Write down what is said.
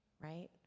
right